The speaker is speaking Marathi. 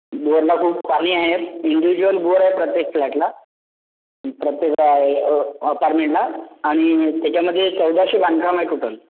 बोअरला खूप पाणी आहे इंडिविज्युअल बोअर आहे प्रत्येक फ्लॅटला प्रत्येक आहे अपार्मेंटला आणि त्याच्यामधे चौदाशे बांधकाम आहे टोटल